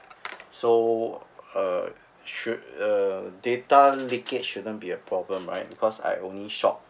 so uh should the data leakage shouldn't be a problem right because I only shop